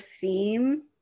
theme